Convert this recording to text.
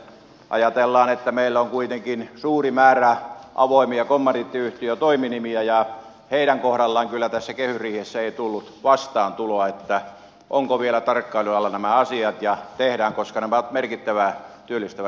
kun ajatellaan että meillä on kuitenkin suuri määrä avoimia kommandiittiyhtiötoiminimiä ja heidän kohdallaan tässä kehysriihessä ei kyllä tullut vastaantuloa niin ovatko vielä tarkkailun alla nämä asiat ja tehdäänkö jotain koska nämä ovat merkittävä työllistävä joukko